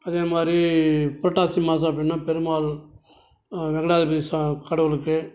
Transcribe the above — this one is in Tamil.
அதேமாதிரி புரட்டாசி மாதம் அப்படின்னா பெருமாள் வெங்கடாசலபதி சா கடவுளுக்கு